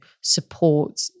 support